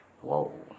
whoa